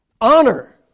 Honor